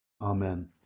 Amen